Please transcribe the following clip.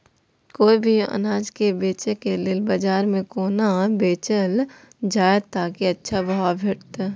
कोय भी अनाज के बेचै के लेल बाजार में कोना बेचल जाएत ताकि अच्छा भाव भेटत?